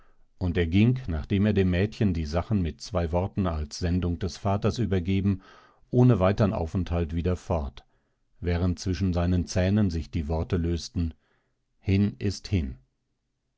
und er ging nachdem er dem mädchen die sachen mit zwei worten als sendung des vaters übergeben ohne weitern aufenthalt wieder fort während zwischen seinen zähnen sich die worte lösten hin ist hin